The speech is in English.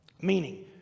meaning